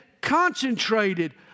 concentrated